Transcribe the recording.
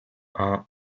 haut